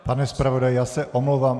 Pane zpravodaji, já se omlouvám.